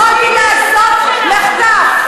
איפה יריב לוין, השותף שלך?